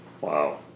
Wow